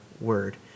word